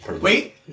Wait